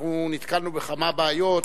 אנחנו נתקלנו בכמה בעיות.